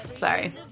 Sorry